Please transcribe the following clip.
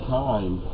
time